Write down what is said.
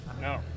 No